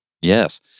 Yes